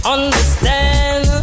Understand